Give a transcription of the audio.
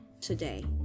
today